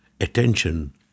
attention